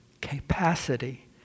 capacity